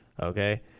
Okay